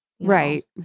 Right